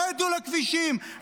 רדו לכבישים,